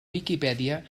viquipèdia